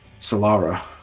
Solara